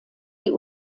die